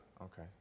Okay